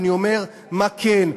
אני אומר מה כן,